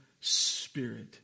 spirit